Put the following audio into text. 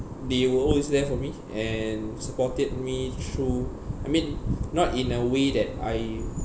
they were always there for me and supported me through I mean not in a way that I